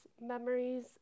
memories